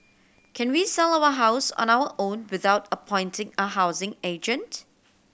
can we sell our house on our own without appointing a housing agent